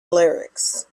lyrics